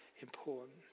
important